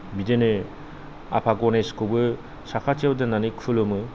बिदिनो आफा गनेशखौबो साखाथियाव दोन्नानै खुलुमो